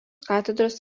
katedros